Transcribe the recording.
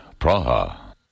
Praha